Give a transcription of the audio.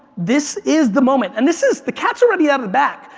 this is the moment. and this is, the cat's already out of the bag.